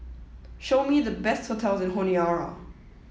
show me the best hotels in Honiara